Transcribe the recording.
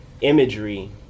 imagery